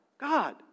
God